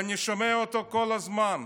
אני שומע אותו כל הזמן: